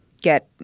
get